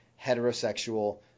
heterosexual